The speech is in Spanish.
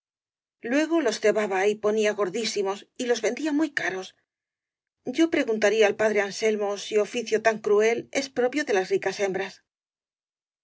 luego los cebaba y ponía gordísimos y los vendía muy caros yo preguntaría al padre anselmo si oficio tan cruel es propio de las